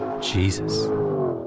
Jesus